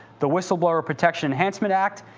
the whistleblower protection enhancement act,